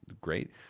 great